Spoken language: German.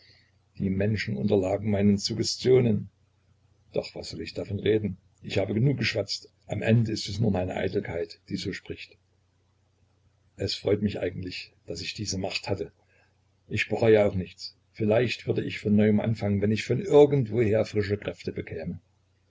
die menschen unterlagen meinen suggestionen doch was soll ich davon reden ich habe genug geschwatzt am ende ist es nur meine eitelkeit die so spricht es freut mich eigentlich daß ich diese macht hatte ich bereue auch nichts vielleicht würd ich von neuem anfangen wenn ich von irgend woher frische kräfte bekäme